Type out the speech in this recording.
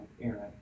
Aaron